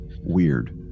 weird